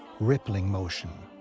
rippling motion.